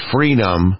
Freedom